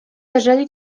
leżeli